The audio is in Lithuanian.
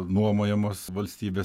nuomojamos valstybės